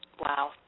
Wow